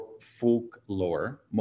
folklore